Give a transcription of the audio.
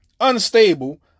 unstable